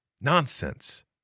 Nonsense